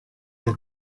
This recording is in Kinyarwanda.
iri